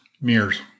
mirrors